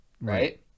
Right